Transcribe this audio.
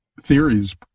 theories